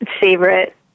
favorite